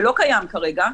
שלא קיים כרגע,